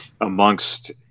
amongst